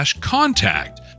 contact